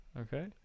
Okay